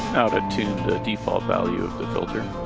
to tune the default value of the filter,